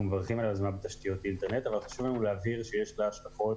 מברכים עליה אבל חשוב לנו להבהיר שיש לה השלכות